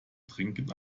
trinken